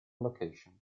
location